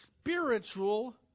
spiritual